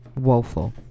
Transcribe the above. woeful